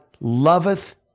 loveth